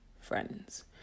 friends